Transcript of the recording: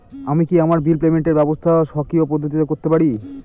আমি কি আমার বিল পেমেন্টের ব্যবস্থা স্বকীয় পদ্ধতিতে করতে পারি?